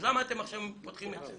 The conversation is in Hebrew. אז למה אתם עכשיו פותחים את זה?